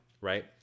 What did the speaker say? right